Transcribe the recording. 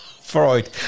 freud